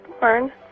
born